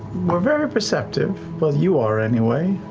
we're very perceptive. well, you are, anyway.